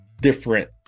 different